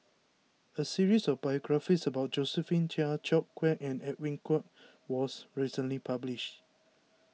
a series of biographies about Josephine Chia George Quek and Edwin Koek was recently published